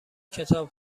کتاب